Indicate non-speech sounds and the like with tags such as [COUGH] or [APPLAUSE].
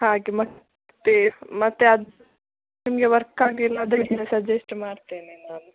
ಹಾಗೆ ಮತ್ತು ಮತ್ತು ಅದು ನಿಮಗೆ ವರ್ಕ್ ಆಗಿಲ್ಲ ಅದೇ [UNINTELLIGIBLE] ಸಜೆಸ್ಟ್ ಮಾಡ್ತೇನೆ ನಾನು